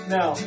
Now